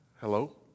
Hello